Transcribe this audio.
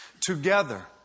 Together